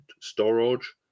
storage